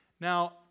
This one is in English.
Now